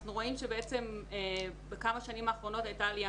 אנחנו רואים שבעצם בכמה שנים האחרונות הייתה עלייה